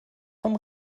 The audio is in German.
vom